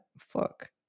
fuck